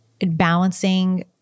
balancing